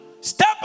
step